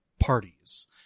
parties